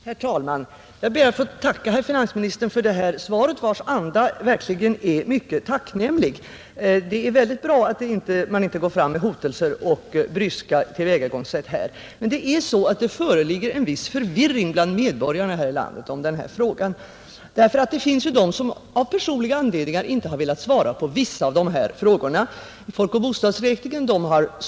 Herr talman! Jag ber att få tacka herr finansministern för detta svar, vars anda verkligen är mycket tacknämlig. Det är väldigt bra att man inte går fram med hotelser och bryska tillvägagångssätt här. Men det föreligger en viss förvirring bland medborgarna om denna fråga. Det finns ju de som av personliga anledningar inte har velat svara på vissa av frågorna till folkoch bostadsräkningen.